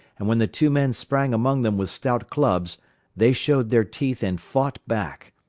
and when the two men sprang among them with stout clubs they showed their teeth and fought back.